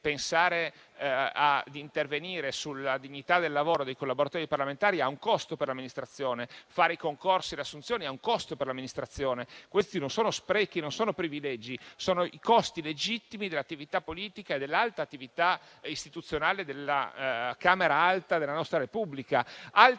pensare di intervenire sulla dignità del lavoro dei collaboratori parlamentari ha un costo per l'Amministrazione. Fare i concorsi e fare assunzioni ha un costo per l'Amministrazione. Questi non sono sprechi, non sono privilegi, sono i costi legittimi dell'attività politica e dell'alta attività istituzionale della Camera alta della nostra Repubblica. Altra